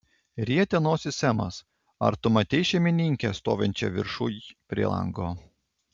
rietė nosį semas ar tu matei šeimininkę stovinčią viršuj prie lango